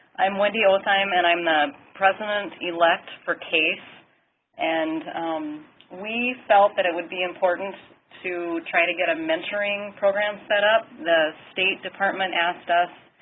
i'm wendy ottheim and i'm the president-elect for case and we felt that it would be important to try to get a mentoring program set up. the state department asked us